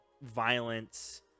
violence